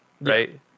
right